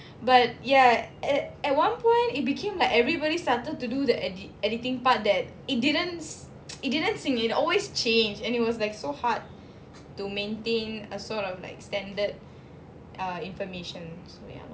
but ya at at one point it became like everybody started to do the the editing part that it didn't it didn't sync and it always change and it was like so hard to maintain a sort of like standard uh information